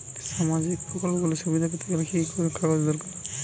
সামাজীক প্রকল্পগুলি সুবিধা পেতে গেলে কি কি কাগজ দরকার?